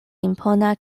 impona